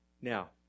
Now